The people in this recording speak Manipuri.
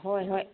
ꯍꯣꯏ ꯍꯣꯏ